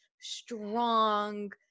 strong